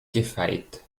gefeit